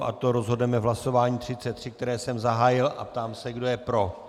O tom rozhodneme v hlasování 33, které jsem zahájil, a ptám se, kdo je pro.